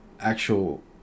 actual